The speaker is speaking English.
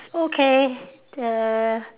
okay err